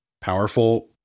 powerful